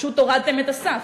פשוט הורדתם את הסף.